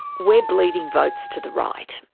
we're bleeding votes to the right.